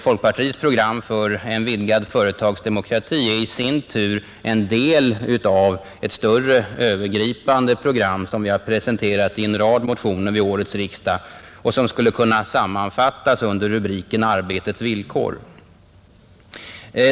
Folkpartiets program för en vidgad företagsdemokrati är i sin tur en del av ett större övergripande program som vi har presenterat i en rad motioner vid årets riksdag som skulle kunna sammanfattas under rubriken ”Arbetets villkor”.